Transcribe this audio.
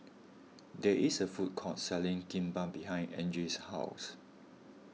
there is a food court selling Kimbap behind Angie's house